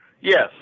Yes